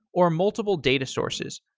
or multiple data sources.